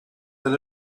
than